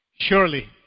Surely